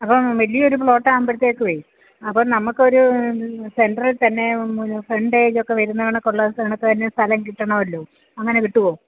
അപ്പം വലിയൊരു പ്ലോട്ട് ആകുമ്പത്തേക്കുമേ അപ്പം നമുക്ക് ഒരു സെൻറ്ററിൽ തന്നെ ഫ്രണ്ടേജൊക്കെ വരുന്ന കണക്കുള്ള സ്ഥാനം തന്നെ സ്ഥലം കിട്ടണമല്ലൊ അങ്ങനെ കിട്ടുവോ